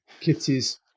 kitties